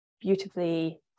beautifully